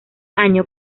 año